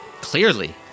Clearly